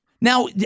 Now